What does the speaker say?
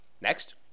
Next